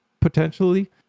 potentially